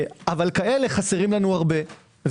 אבל כאלה חסרים לנו הרבה.